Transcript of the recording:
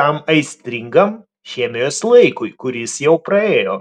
tam aistringam chemijos laikui kuris jau praėjo